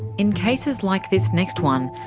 in cases like this next one,